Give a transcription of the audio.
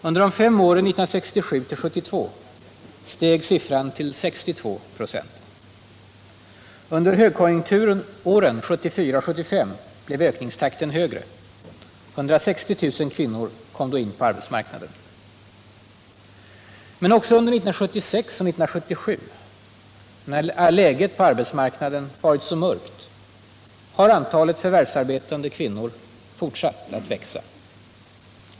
Under de fem åren 1967-1972 steg siffran till 62 26. Under högkonjunkturåren 1974 och 1975 blev ökningstakten högre. 160 000 kvinnor kom då in på arbetsmarknaden. Också under 1976 och 1977, när läget på arbetsmarknaden varit så mörkt, har antalet förvärvsarbetande kvinnor fortsatt att växa.